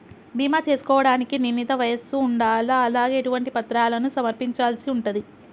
బీమా చేసుకోవడానికి నిర్ణీత వయస్సు ఉండాలా? అలాగే ఎటువంటి పత్రాలను సమర్పించాల్సి ఉంటది?